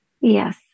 yes